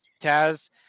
Taz